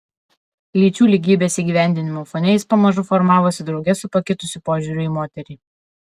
lyčių lygybės įgyvendinimo fone jis pamažu formavosi drauge su pakitusiu požiūriu į moterį